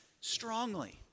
strongly